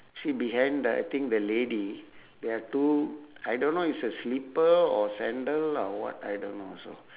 see behind the I think the lady there are two I don't know it's a slipper or sandal or what I don't know also